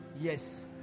Yes